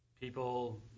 people